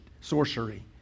sorcery